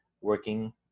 working